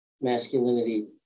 masculinity